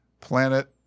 Planet